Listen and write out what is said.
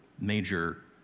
major